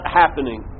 happening